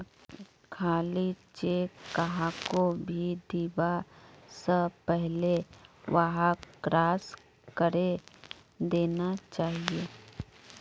खाली चेक कहाको भी दीबा स पहले वहाक क्रॉस करे देना चाहिए